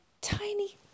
tiny